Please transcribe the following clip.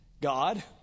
God